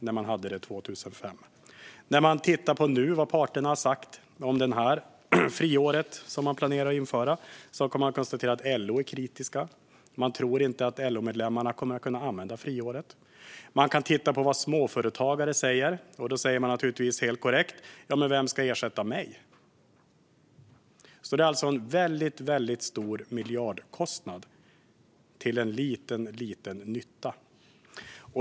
När man tittar på vad parterna har sagt om det friår man planerar att införa nu kan man konstatera att LO är kritiska. Man tror inte att LO-medlemmarna kommer att kunna använda friåret. Man kan även titta på vad småföretagare säger. De säger helt korrekt: Vem ska ersätta mig? Det är alltså en väldigt stor miljardkostnad till liten nytta.